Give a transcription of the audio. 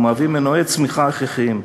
והם מנועי צמיחה הכרחיים.